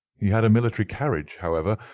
he had a military carriage, however,